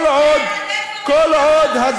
כל עוד,